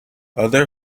other